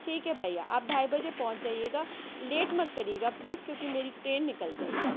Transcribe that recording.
ٹھیک ہے بھیا آپ ڈھائی بجے پہنچ جائیے گا لیٹ مت کریے گا پلیز کیونکہ میری ٹرین نکل جائے گی